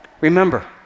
remember